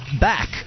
back